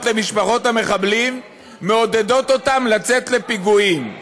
למשפחות המחבלים מעודדות אותם לצאת לפיגועים.